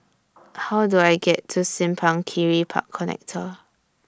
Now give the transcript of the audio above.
How Do I get to Simpang Kiri Park Connector